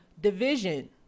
division